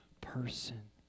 person